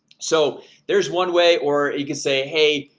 so there's one way or you can say hey,